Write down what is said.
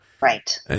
Right